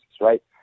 right